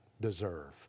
deserve